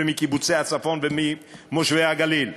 מקיבוצי הצפון וממושבי הגליל,